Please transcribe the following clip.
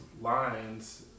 lines